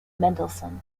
mendelssohn